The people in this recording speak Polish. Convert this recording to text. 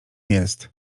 jest